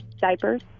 Diapers